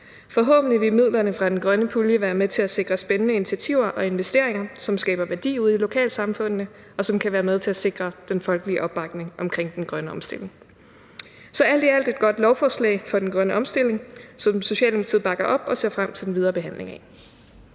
Forhåbentlig vil midlerne fra den grønne pulje være med til at sikre spændende initiativer og investeringer, som skaber værdi ude i lokalsamfundene, og som kan være med til at sikre den folkelige opbakning omkring den grønne omstilling. Så alt i alt er det et godt lovforslag for den grønne omstilling, som Socialdemokratiet bakker op, og vi ser frem til den videre behandling af